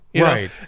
right